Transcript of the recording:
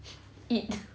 eat